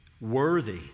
worthy